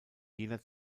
jener